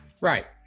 Right